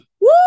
Woo